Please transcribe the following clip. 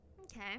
okay